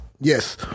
Yes